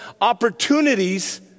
opportunities